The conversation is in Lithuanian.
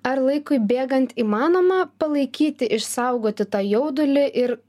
ar laikui bėgant įmanoma palaikyti išsaugoti tą jaudulį ir